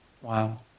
Wow